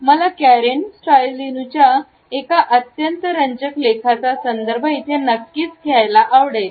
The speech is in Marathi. मला कॅरेन स्टॉलझ्नूच्या एका अत्यंत रंजक लेखाचा संदर्भ इथे नक्कीच घ्यायला आवडेल